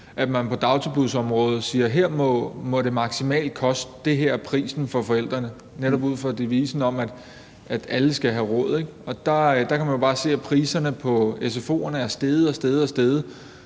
prisen på dagtilbudsområdet maksimalt må være for forældrene, og det er netop ud fra devisen om, at alle skal have råd. Der kan man jo bare se, at priserne på sfo'erne er steget og steget,